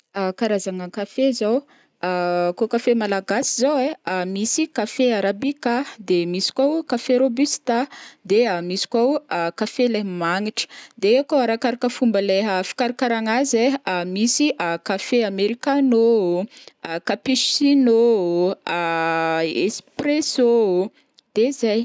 karazagna kafe zao o, kao café malagasy zao ai: misy café arabica, de misy koa o café robusta, de misy koa o café leha magnitry, de kô arakaraka fomba leha fikarakaragna azy ai: misy café americanô, capuccino, expresso, de zay.